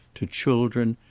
to children,